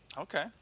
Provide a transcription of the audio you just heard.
Okay